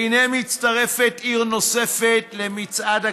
והינה, מצטרפת עיר נוספת למצעד הקנסות,